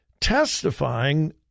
testifying